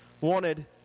wanted